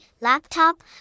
laptop